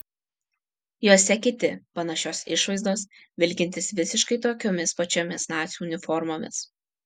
jose kiti panašios išvaizdos vilkintys visiškai tokiomis pačiomis nacių uniformomis